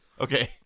Okay